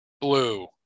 Blue